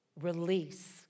release